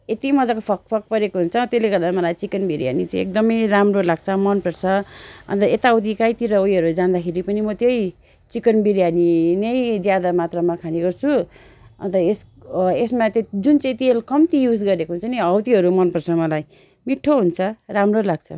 यति मजाको फक फक परेको हुन्छ त्यसले गर्दा मलाई चिकन बिर्यानी चाहिँ एकदमै राम्रो लाग्छ मन पर्छ अन्त यताउती कहीँतिर उयोहरू जाँदाखेरि पनि म त्यही चिकन बिर्यानी नै ज्यादा मात्रामा खाने गर्छु अन्त यस यसमा चाहिँ जुन चाहिँ तेल कम्ती युज गरेको हुन्छ नि हौ त्योहरू मन पर्छ मलाई मिठो हुन्छ राम्रो लाग्छ